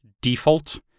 default